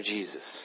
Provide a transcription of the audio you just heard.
Jesus